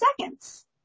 seconds